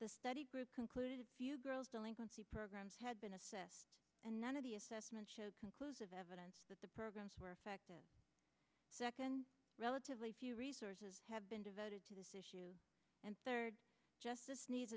the study group concluded a few girls delinquency programs had been assessed and none of the assessments showed conclusive evidence that the programs were effective second relatively few resources have been devoted to this issue and third justice needs